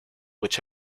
which